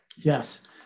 Yes